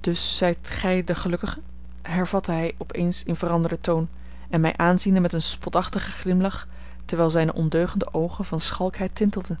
dus zijt gij de gelukkige hervatte hij op eens in veranderden toon en mij aanziende met een spotachtigen glimlach terwijl zijne ondeugende oogen van schalkheid tintelden